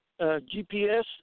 GPS